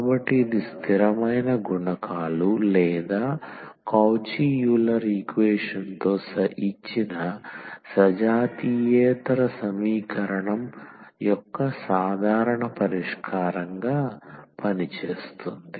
కాబట్టి ఇది స్థిరమైన గుణకాలు లేదా కౌచీ యూలర్ ఈక్వేషన్ తో ఇచ్చిన సజాతీయేతర సమీకరణం యొక్క సాధారణ పరిష్కారంగా పనిచేస్తుంది